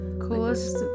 Coolest